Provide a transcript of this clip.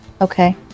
Okay